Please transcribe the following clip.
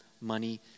money